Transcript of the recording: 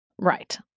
Right